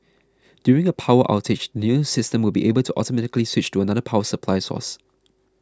during a power outage the new system will be able to automatically switch to another power supply source